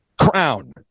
Crown